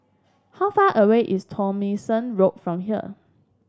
how far away is Tomlinson Road from here